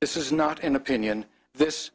this is not an opinion this